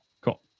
Cool